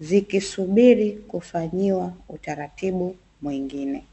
zikisubiri kufanyiwa utaratibu mwingine.